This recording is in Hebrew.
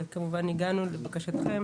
וכמובן הגענו לבקשתכם.